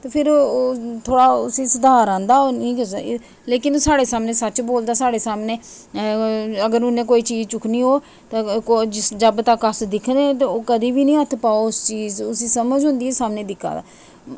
ते फिर उसी सुधार आंदा लेकिन साढ़े सामनै सच्च बोलदा साढ़े सामनै अगर उन्ने कोई चीज़ चुक्कनी होग ते जद तक्क अस दिक्खदे ते ओह् कदें निं हत्थ पाग ते उसी समझ होंदी ऐ की समें दिक्खा दा